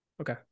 okay